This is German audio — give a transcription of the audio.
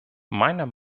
meiner